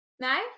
No